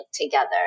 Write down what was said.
together